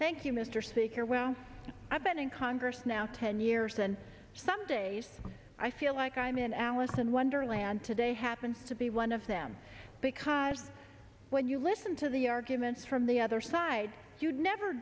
thank you mr speaker well i've been in congress now ten years and some days i feel like i'm in alice in wonderland today happens to be one of them because when you listen to the arguments from the other side you never